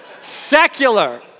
secular